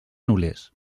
nules